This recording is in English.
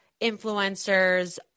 influencers